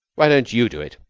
why don't you do it.